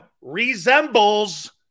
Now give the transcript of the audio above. Resembles